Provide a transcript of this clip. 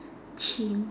chim